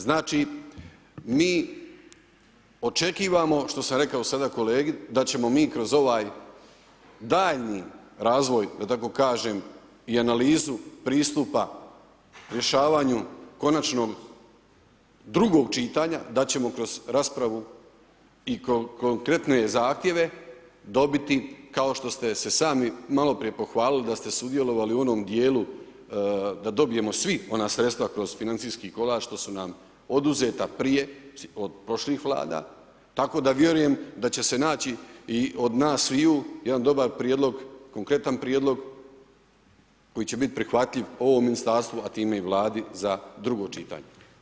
Znači mi očekivamo, što sam rekao sada kolegi, da ćemo mi kroz ovaj daljnji razvoj da tako kažem i analizu pristupa rješavanju konačnog drugog čitanja, da ćemo kroz raspravu i konkretne zahtjeve dobiti, kao što ste se sami maloprije pohvalili da ste sudjelovali u onom djelu da dobijemo svi ona sredstva kroz ... što su nam oduzeta prije, od prošlih vlada, tako da vjerujem da će se naći i od nas sviju jedan dobar prijedlog, konkretan prijedlog koji će biti prihvatljiv ovom ministarstvu, a time i vladi za drugo čitanje.